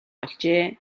олжээ